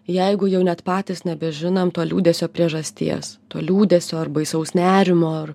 jeigu jau net patys nebežinom to liūdesio priežasties to liūdesio ar baisaus nerimo ar